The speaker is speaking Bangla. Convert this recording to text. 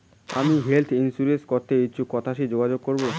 আমি হেলথ ইন্সুরেন্স করতে ইচ্ছুক কথসি যোগাযোগ করবো?